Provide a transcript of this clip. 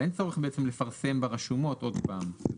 אבל אין צורך בעצם לפרסם ברשומות עוד פעם,